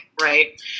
right